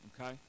okay